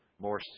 more